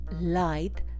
light